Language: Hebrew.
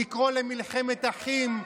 לקרוא למלחמת אחים,